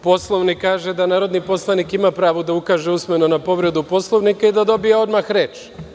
Poslovnik kaže da narodni poslanik ima pravo da ukaže usmeno na povredu Poslovnika i da dobije odmah reč.